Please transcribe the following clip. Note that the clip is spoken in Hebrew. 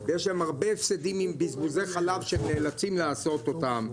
יש להם הרבה הפסדים עם בזבוזי חלב שהם נאלצים לעשות אותם.